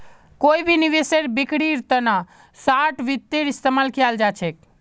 कोई भी निवेशेर बिक्रीर तना शार्ट वित्तेर इस्तेमाल कियाल जा छेक